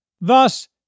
Thus